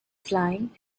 flying